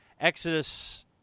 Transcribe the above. Exodus